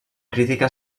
crítica